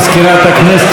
תודה למזכירת הכנסת.